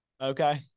okay